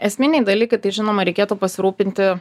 esminiai dalykai tai žinoma reikėtų pasirūpinti